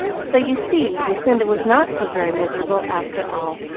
so, you see, lucinda was not so very miserable after all.